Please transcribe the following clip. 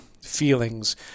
feelings